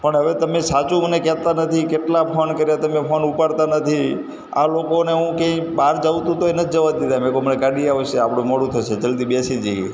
પણ હવે તમે સાચું મને કહેતા નથી કેટલા ફોન કર્યા તમે ફોન ઉપાડતા નથી આ લોકોને હું કે બાર જવું હતું તોય નથી જવા દીધા મેં કું હમણાં ગાડી આવશે આપણે મોડું થશે જલદી બેસી જઈએ